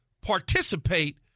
participate